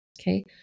okay